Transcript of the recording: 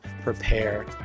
prepare